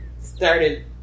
started